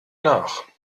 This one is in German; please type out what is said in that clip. nach